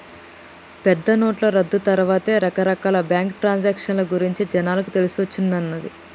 పెద్దనోట్ల రద్దు తర్వాతే రకరకాల బ్యేంకు ట్రాన్సాక్షన్ గురించి జనాలకు తెలిసొచ్చిన్నాది